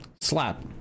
slap